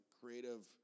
creative